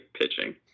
pitching